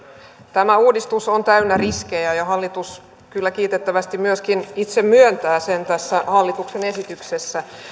tämä uudistus on täynnä riskejä ja ja hallitus kyllä kiitettävästi myöskin itse myöntää sen tässä hallituksen esityksessä